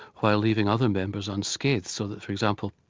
while leaving other members unscathed, so that for example,